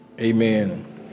Amen